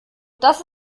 das